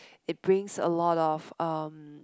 it brings a lot of um